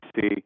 see